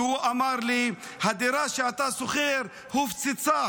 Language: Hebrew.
והוא אמר לי: הדירה שאתה שוכר הופצצה.